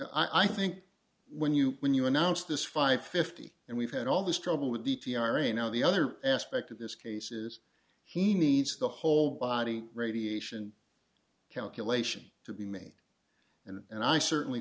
in i think when you when you announce this five fifty and we've had all this trouble with the t r a now the other aspect of this case is he needs the whole body radiation calculation to be made and i certainly